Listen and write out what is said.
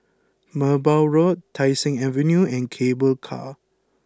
Merbau Road Tai Seng Avenue and Cable Car